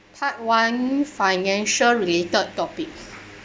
part one financial related topic